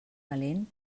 valent